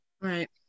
Right